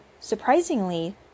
surprisingly